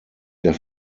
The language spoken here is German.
der